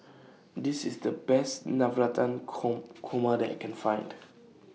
This IS The Best Navratan Korma that I Can Find